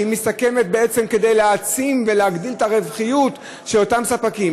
כדי להעצים ולהגדיל את הרווחיות של אותם ספקים.